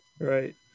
Right